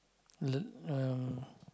l~ um